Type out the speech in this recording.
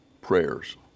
prayers